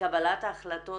קבלת החלטות